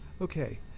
Okay